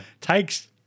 takes